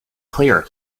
clear